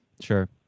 sure